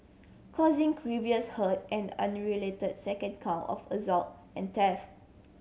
causing grievous hurt an unrelated second count of assault and theft